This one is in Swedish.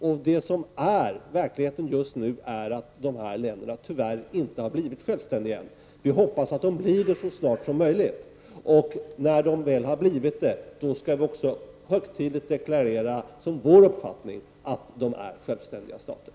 Och verkligheten just nu är sådan att dessa länder tyvärr inte har blivit självständiga än. Vi hoppas att de blir det så snart som möjligt. Och när de väl har blivit det, då skall vi också högtidligt deklarera som vår uppfattning att det är självständiga stater.